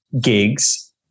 gigs